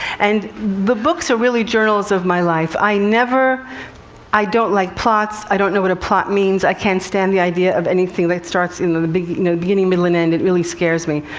and the books are really journals of my life. i never i don't like plots. i don't know what a plot means. i can't stand the idea of anything that starts in the the beginning, you know, beginning, middle and end. it really scares me,